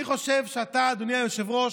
אני חושב שאתה, אדוני היושב-ראש,